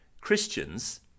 Christians